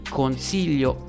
consiglio